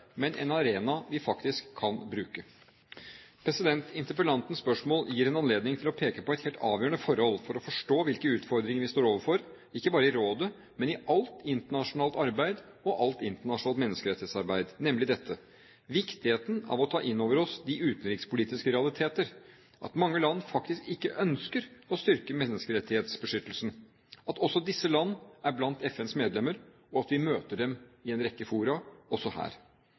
men en arena vi faktisk kan bruke. Interpellantens spørsmål gir en anledning til å peke på et helt avgjørende forhold for å forstå hvilke utfordringer vi står overfor, ikke bare i rådet, men i alt internasjonalt arbeid og alt internasjonalt menneskerettighetsarbeid, nemlig dette: Viktigheten av å ta inn over oss de utenrikspolitiske realiteter, at mange land faktisk ikke ønsker å styrke menneskerettighetsbeskyttelsen, og at også disse landene er blant FNs medlemmer, og vi møter dem i en rekke fora – også her.